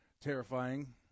terrifying